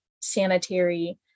sanitary